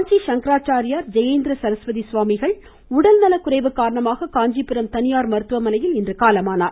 காஞ்சி சங்கராச்சாரியார் ஜெயேந்திர சரஸ்வதி ஸ்வாமிகள் உடல்நலக்குறைவு காரணமாக காஞ்சிபுரத்தில் தனியார் மருத்துவமனையில் இன்று காலமானார்